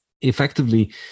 Effectively